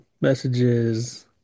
messages